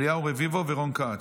אליהו רביבו ורון כץ.